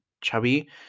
chubby